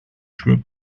through